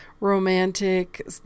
romantic